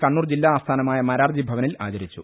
കണ്ണൂർ ജില്ലാ ആസ്ഥാനമായ മാരാർജി ഭവനിൽ ആചരിച്ചു